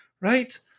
right